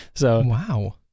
Wow